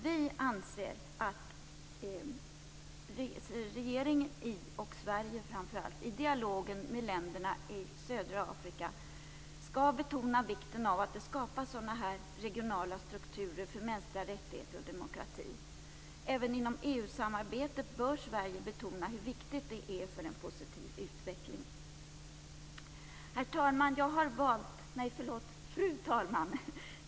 Vi anser att Sverige, i dialogen med länderna i södra Afrika, skall betona vikten av att det skapas sådana regionala strukturer för mänskliga rättigheter och demokrati. Även inom EU-samarbetet bör Sverige betona hur viktigt det är för en positiv utveckling. Fru talman!